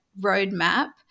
roadmap